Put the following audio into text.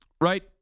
right